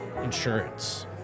insurance